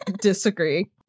Disagree